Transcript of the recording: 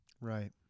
right